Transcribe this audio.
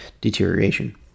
deterioration